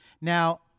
Now